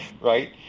right